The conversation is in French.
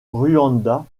rwanda